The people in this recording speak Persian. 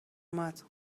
اومد